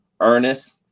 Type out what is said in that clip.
Ernest